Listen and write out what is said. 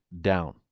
down